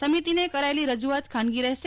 સમિતને કરાયેલી રજૂઆત ખાનગી રહેશે